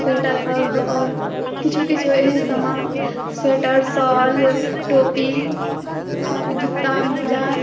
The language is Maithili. स्वेटर सब आओर किछो किछो एहन सामान स्वेटर सॉल टोपी जुत्ता मुजा